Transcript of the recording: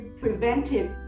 preventive